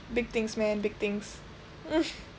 big things man big things mm